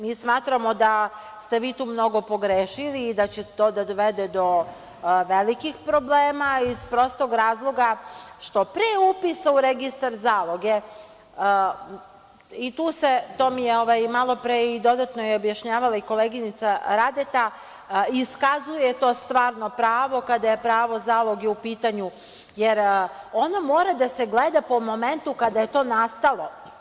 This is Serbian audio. Mi smatramo da ste vi tu mnogo pogrešili i da će to da dovede do velikih problema, iz prostih razloga što pre upisa u registar zaloge, to mi je malo pre dodatno objašnjavala i koleginica Radeta, iskazuje to stvarno pravo kada je pravo zaloge u pitanju, jer ono mora da se gleda po momentu kada je to nastalo.